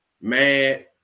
mad